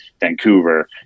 Vancouver